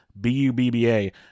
B-U-B-B-A